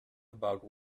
about